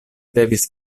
devis